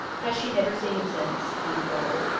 has she never seen him since? i inquired.